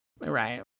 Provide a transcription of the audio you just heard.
Right